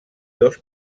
dos